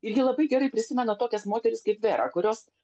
ir ji labai gerai prisimena tokias moteris kaip vera kurios